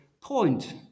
point